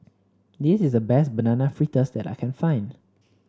this is the best Banana Fritters that I can find